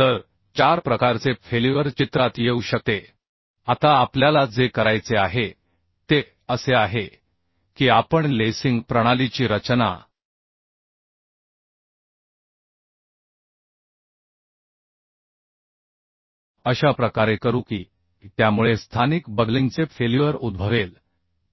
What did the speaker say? तर 4 प्रकारचे फेल्युअर चित्रात येऊ शकते आता आपल्याला जे करायचे आहे ते असे आहे की आपण लेसिंग प्रणालीची रचना अशा प्रकारे करू की त्यामुळे स्थानिक बकलिंगचे फेल्युअर उद्भवेल